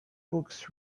books